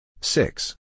Six